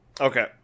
Okay